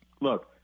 look